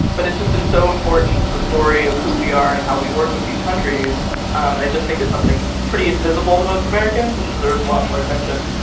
but it's just been so important to the story of who we are and how we work with these countries. and i just think it's something that's pretty invisible to most americans and deserves a lot more attention.